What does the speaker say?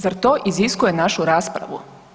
Zar to iziskuje našu raspravu?